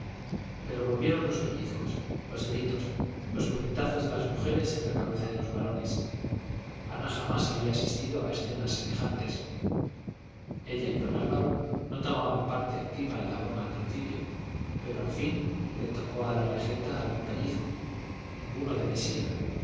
pero volvieron los pellizcos los gritos los puñetazos de las mujeres en la cabeza de los varones ana jamás había asistido a escenas semejantes ella y don álvaro no tomaban parte activa en la broma al principio pero al fin le tocó a la regenta algún pellizco ninguno de mesía